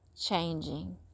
changing